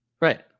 right